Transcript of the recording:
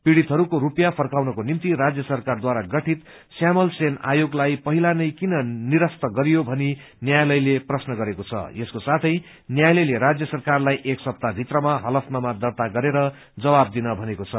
पीड़ितहरूको रूपिायँ फर्काउनको निम्ति राज्य सरकारद्वारा गठित श्यामल सेन आयोगलाई पहिलानै किन निरस्त गरियो भनि न्यायलयले प्रश्न गरेको छ यसको साथै न्याालयले राज्य सरकारलाई एक सप्ताह भित्रमा हलफनामा दर्त्ता गरेर जवाब दिन भनेको छ